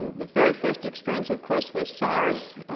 the very first experience of course was sars,